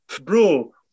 bro